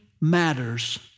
matters